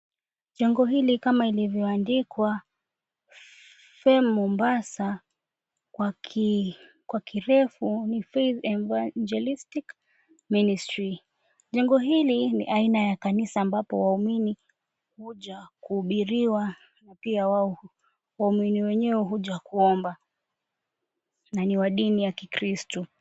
Jengo hili kama ilivyoandikwa FEM Mombasa kwa kirefu ni Faith Evagelistic Ministry . Jengo hili ni aina ya kanisa ambapo waumini huja kuhubiriwa pia wao wenyewe huja kuomba na ni wa dini ya kikiristo.